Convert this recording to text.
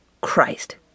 Christ